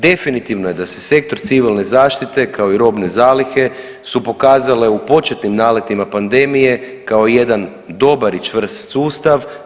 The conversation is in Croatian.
Definitivno je da se Sektor civilne zaštite kao i robne zalihe su pokazale u početnim naletima pandemije kao jedan dobar i čvrst sustav.